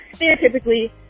stereotypically